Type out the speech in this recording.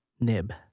nib